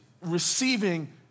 receiving